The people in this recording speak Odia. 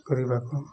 କରିବାକୁ